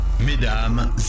Mesdames